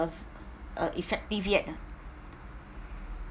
uh effective yet ah